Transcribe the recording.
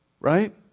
right